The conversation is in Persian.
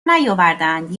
نیاوردهاند